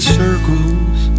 circles